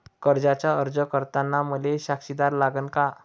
कर्जाचा अर्ज करताना मले साक्षीदार लागन का?